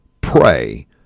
pray